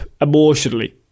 emotionally